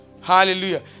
Hallelujah